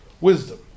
wisdom